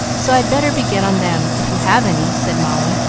so i'd better begin on them, if you have any, said molly,